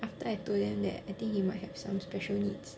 after I told them that I think he might have some special needs